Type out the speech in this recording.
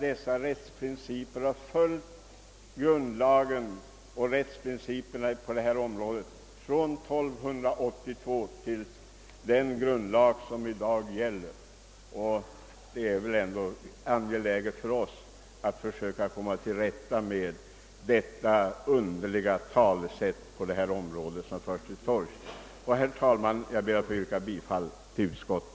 De rättsprinciper som där fastläggs har gällt sedan år 1282, och det är angeläget för oss att bemöta de underliga påståenden som nu görs. Herr talman! Jag yrkar bifall till utskottets hemställan.